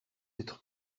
être